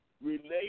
related